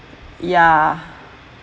ya